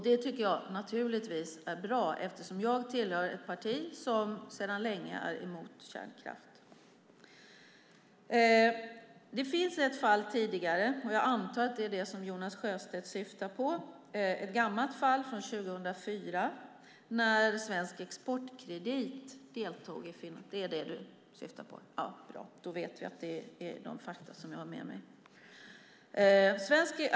Det tycker jag naturligtvis är bra eftersom jag tillhör ett parti som sedan länge är emot kärnkraft. Det finns ett tidigare fall, och jag antar att det är det som Jonas Sjöstedt syftar på. Det är ett gammalt fall från 2004 när Svensk Exportkredit deltog i en finansiering. Jonas Sjöstedt nickar - bra, då vet jag att det är rätt fakta jag har med mig.